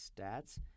stats